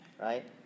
right